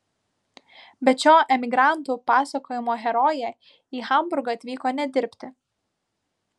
bet šio emigrantų pasakojimo herojė į hamburgą atvyko ne dirbti